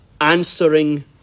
answering